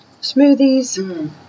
smoothies